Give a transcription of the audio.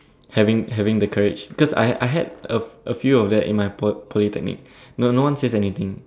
having having the courage cause I I had a a few of that in my Poly Polytechnic no no one says anything